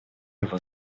его